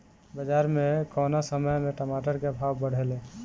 बाजार मे कौना समय मे टमाटर के भाव बढ़ेले?